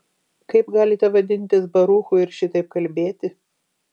kaip galite vadintis baruchu ir šitaip kalbėti